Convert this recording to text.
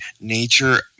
nature